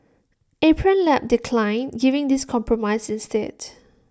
Apron Lab declined giving this compromise instead